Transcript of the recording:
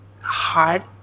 hard